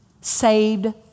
Saved